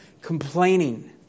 complaining